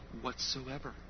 whatsoever